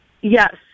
Yes